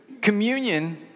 communion